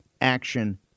action